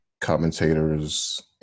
commentators